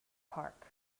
park